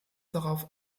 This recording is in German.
darauf